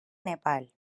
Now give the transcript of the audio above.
nepal